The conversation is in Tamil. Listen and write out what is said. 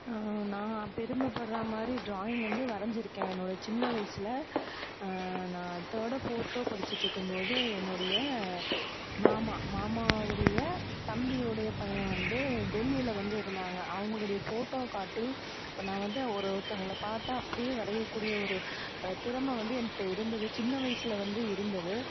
நான் நான் பெருமைப்பட்றா மாதிரி ட்ராயிங் வந்து வரைஞ்சிருக்கேன் என்னுடய சின்ன வயசில் நான் தேர்டோ ஃபோர்த்தோ படிச்சுட்டு இருக்கும்போது என்னுடைய மாமா மாமாவுடைய தம்பி உடைய பையன் வந்து டெல்லியில் வந்து இருந்தாங்க அவங்களுடைய ஃபோட்டோ காட்டி இப்போ நான் வந்து ஒரு ஒருத்தங்களை பார்த்தா அப்படியே வரையக்கூடிய ஒரு திறமை வந்து என்ட்ட இருந்தது சின்ன வயசில் வந்து இருந்தது